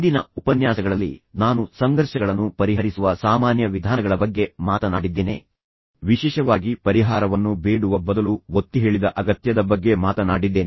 ಹಿಂದಿನ ಉಪನ್ಯಾಸಗಳಲ್ಲಿ ನಾನು ಸಂಘರ್ಷಗಳನ್ನು ಪರಿಹರಿಸುವ ಸಾಮಾನ್ಯ ವಿಧಾನಗಳ ಬಗ್ಗೆ ಮಾತನಾಡಿದ್ದೇನೆ ವಿಶೇಷವಾಗಿ ಇನ್ನೊಂದು ರೀತಿಯಲ್ಲಿ ಹೇಳೋದಾದರೆ ನಾನು ಪರಿಹಾರವನ್ನು ಬೇಡುವ ಬದಲು ಒತ್ತಿಹೇಳಿದ ಅಗತ್ಯದ ಬಗ್ಗೆ ಮಾತನಾಡಿದ್ದೇನೆ